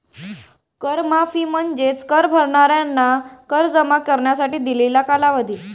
कर माफी म्हणजे कर भरणाऱ्यांना कर जमा करण्यासाठी दिलेला कालावधी